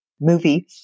movie